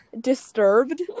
disturbed